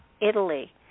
Italy